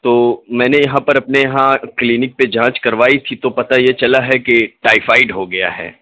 تو میں نے یہاں پر اپنے یہاں کلینک پہ جانچ کروائی تھی تو پتہ یہ چلا ہے کہ ٹائیفائیڈ ہو گیا ہے